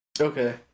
Okay